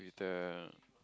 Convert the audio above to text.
computer